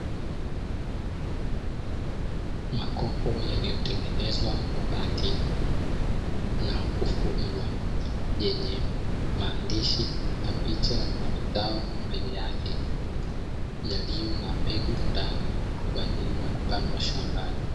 Makopo yaliyotengenezwa kwa bati na kufungwa, yenye maandishi na picha ya mazao mbele yake, yaliyo na mbegu ndani kwa ajili ya kupandwa shambani.